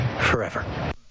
forever